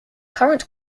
current